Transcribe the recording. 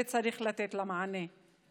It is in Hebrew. וצריך לתת לה מענה.